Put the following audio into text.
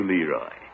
Leroy